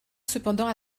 cependant